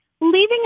Leaving